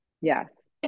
yes